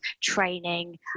training